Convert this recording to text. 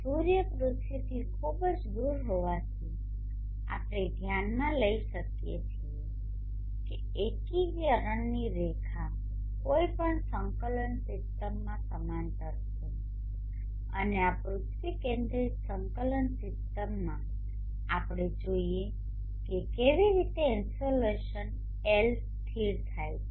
સૂર્ય પૃથ્વીથી ખૂબ જ દૂર હોવાથી આપણે ધ્યાનમાં લઈ શકીએ છીએ કે એકીકરણની રેખા કોઈ પણ સંકલન સીસ્ટમમાં સમાંતર છે અને આ પૃથ્વી કેન્દ્રિત સંકલન સીસ્ટમમાં આપણે જોઈએ કે કેવી રીતે ઇન્સોલેશન L સ્થિર થાય છે